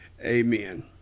amen